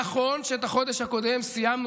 נכון שאת החודש הקודם סיימנו,